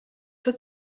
für